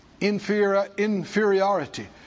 inferiority